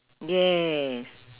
yes